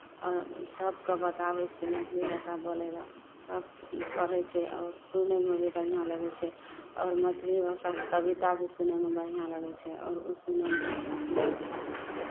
आओर सभकेँ बताबै छियै मैथिली भाषा बोलय लेल सभ पढ़ै छै आओर सुनयमे भी बढ़िआँ लगै छै आओर मैथिली भाषाके कविता भी सुनयमे बढ़िआँ लगै छै आओर ओ सुनयमे बहुत खुशी होइ छै